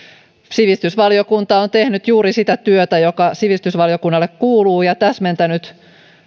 sivistysvaliokunta on tehnyt juuri sitä työtä joka sivistysvaliokunnalle kuuluu ja täsmentänyt